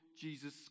jesus